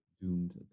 doomed